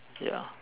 ya